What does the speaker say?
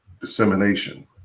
Dissemination